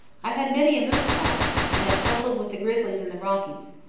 i've had many a moose fight and have tussled with the grizzly in the rockies,